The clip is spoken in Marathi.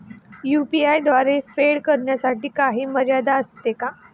यु.पी.आय द्वारे फेड करण्यासाठी काही मर्यादा असते का?